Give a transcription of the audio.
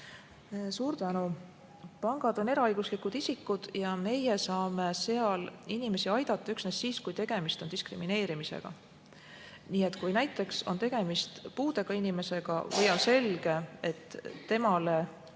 Suur tänu! Pangad on eraõiguslikud isikud ja meie saame seal inimesi aidata üksnes siis, kui tegemist on diskrimineerimisega. Näiteks, kui on tegemist puudega inimesega või on selge, et kellelegi